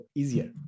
easier